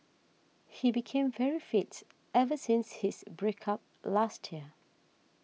he became very fit ever since his break up last year